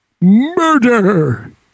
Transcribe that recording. murder